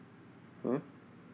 !huh!